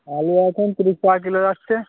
আলু এখন তিরিশ টাকা কিলো যাচ্ছে